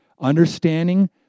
understanding